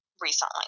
recently